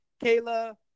Kayla